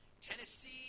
Tennessee